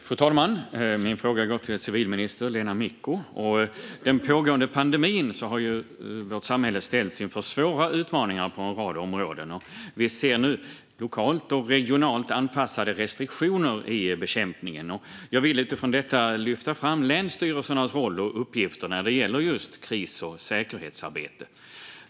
Fru talman! Min fråga går till civilminister Lena Micko. Under den pågående pandemin har vårt samhälle ställts inför svåra utmaningar på en rad områden. Vi ser nu lokalt och regionalt anpassade restriktioner i bekämpningen. Jag vill utifrån detta lyfta fram länsstyrelsernas roll och uppgifter i kriser och säkerhetsarbete.